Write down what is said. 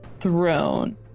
throne